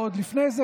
ועוד לפני זה,